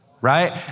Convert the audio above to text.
right